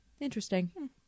Interesting